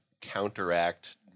counteract